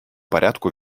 порядку